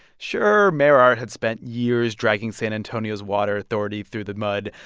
sure, mayor art had spent years dragging san antonio's water authority through the mud,